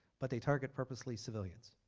but the target purposely civilians.